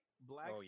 Black